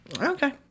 okay